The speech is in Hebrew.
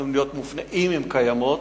אם הן קיימות,